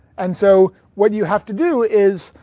and so what do you have to do is,